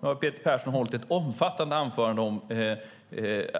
Nu har Peter Persson hållit ett omfattande anförande om